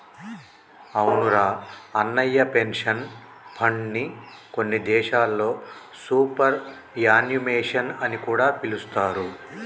అవునురా అన్నయ్య పెన్షన్ ఫండ్ని కొన్ని దేశాల్లో సూపర్ యాన్యుమేషన్ అని కూడా పిలుస్తారు